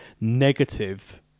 negative